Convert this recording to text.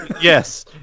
Yes